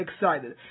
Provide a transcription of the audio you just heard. excited